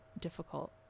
difficult